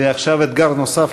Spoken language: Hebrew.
ועכשיו אתגר נוסף,